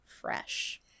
fresh